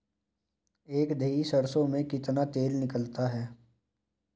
एक दही सरसों में कितना तेल निकलता है?